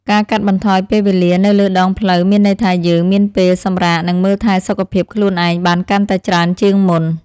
ការកាត់បន្ថយពេលវេលានៅលើដងផ្លូវមានន័យថាយើងមានពេលសម្រាកនិងមើលថែសុខភាពខ្លួនឯងបានកាន់តែច្រើនជាងមុន។